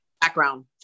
Background